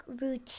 routine